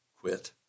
quit